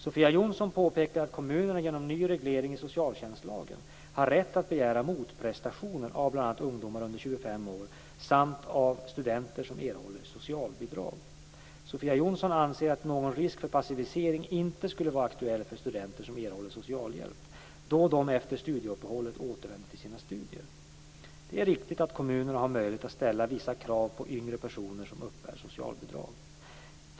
Sofia Jonsson påpekar att kommunerna genom ny reglering i socialtjänstlagen har rätt att begära motprestationer av bl.a. ungdomar under 25 år samt av studenter som erhåller socialbidrag. Sofia Jonsson anser att någon risk för passivisering inte skulle vara aktuell för studenter som erhåller socialhjälp, då de efter studieuppehållet återvänder till sina studier. Det är riktigt att kommunerna har möjlighet att ställa vissa krav på yngre personer som uppbär socialbidrag.